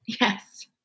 Yes